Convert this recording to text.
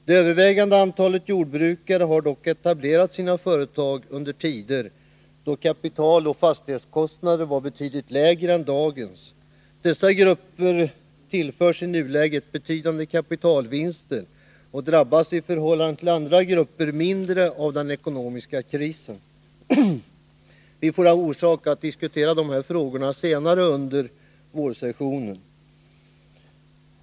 Det övervägande antalet jordbrukare har dock etablerat sina företag under tider då kapitaloch fastighetskostnader var betydligt lägre än dagens. Dessa grupper tillförs i nuläget betydande kapitalvinster och drabbas i förhållande till andra grupper mindre av den ekonomiska krisen. Vi får orsak att diskutera dessa frågor senare under vårsessionen.